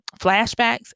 flashbacks